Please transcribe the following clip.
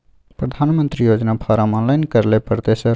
प्रधानमंत्री योजना form online करैले परतै सर?